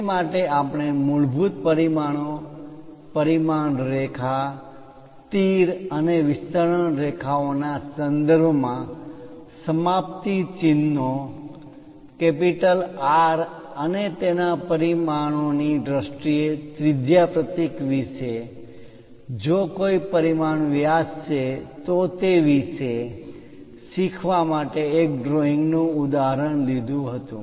તે માટે આપણે મૂળભૂત પરિમાણો પરિમાણ રેખા તીર અને વિસ્તરણ રેખાઓના સંદર્ભમાં સમાપ્તિ ચિહ્નો R અને તેના પરિમાણોની દ્રષ્ટિએ ત્રિજ્યા પ્રતીક વિશે જો કોઈ પરિમાણ વ્યાસ છે તો તે વિશે શીખવા માટે એક ડ્રોઈંગ નું ઉદાહરણ લીધું હતુ